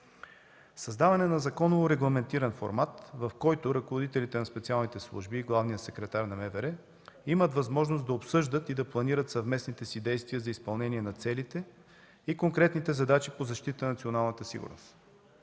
създаване на законово регламентиран формат, в който ръководителите на специалните служби и главният секретар на МВР имат възможност да обсъждат и планират съвместните си действия за изпълнение на целите и конкретните задачи по защита на националната сигурност.